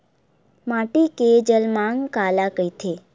माटी के जलमांग काला कइथे?